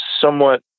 somewhat